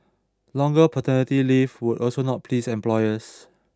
longer paternity leave would also not please employers